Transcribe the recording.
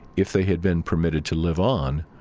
if they had been permitted to live on,